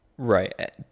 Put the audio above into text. Right